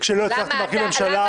כשלא הצלחתם להרכיב ממשלה בכנסת ה-21.